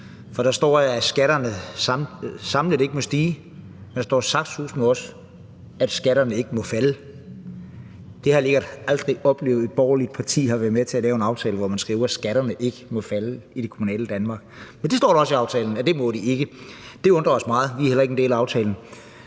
For der står, at skatterne samlet ikke må stige, men der står saftsuseme også, at skatterne ikke må falde. Jeg har lige godt aldrig oplevet, at et borgerligt parti har været med til at lave en aftale, hvor man skriver, at skatterne ikke må falde i det kommunale Danmark. Men der står i aftalen, at det må de ikke. Det undrer os meget, og vi er heller ikke en del af aftalen.